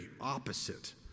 opposite